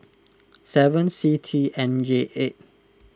seven C T N J eight